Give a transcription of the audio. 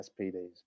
SPDs